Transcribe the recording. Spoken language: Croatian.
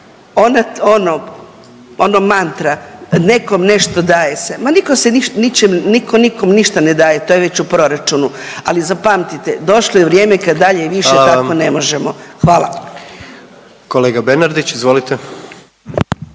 ono mantra nekom nešto daje se. Ma nitko nikome ništa ne daje. To je već u proračunu. Ali zapamtite, došlo je vrijeme kada dalje više tako ne možemo. Hvala. **Jandroković, Gordan